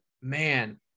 man